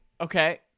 Okay